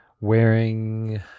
wearing